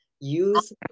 use